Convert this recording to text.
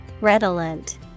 Redolent